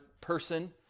person